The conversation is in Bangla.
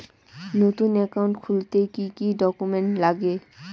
নতুন একাউন্ট খুলতে কি কি ডকুমেন্ট লাগে?